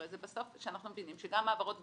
הרי בסוף אנחנו מבינים שגם העברות בנקאיות,